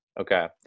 Okay